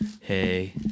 Hey